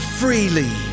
freely